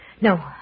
No